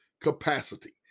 capacity